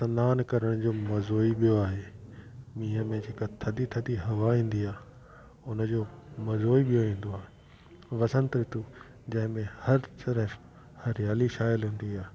सनानु करण जो मज़ो ई ॿियो आहे मींहं में जेका थधी थधी हवा ईंदी आहे हुन जो मज़ो ई ॿियो ईंदो आहे वसंत ऋतु जैमें हर तर्फ़ु हरियाली छायल हूंदी आहे